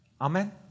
Amen